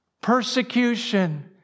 persecution